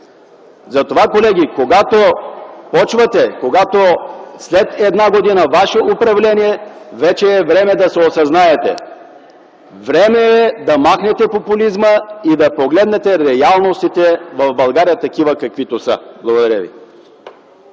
За това, колеги, след една година ваше управление вече е време да се осъзнаете. Време е да махнете популизма и да погледнете реалностите в Българя такива, каквито са! Благодаря.